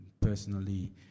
personally